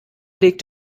legt